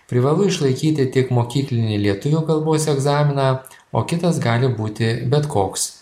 privalu išlaikyti tik mokyklinį lietuvių kalbos egzaminą o kitas gali būti bet koks